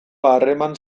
harreman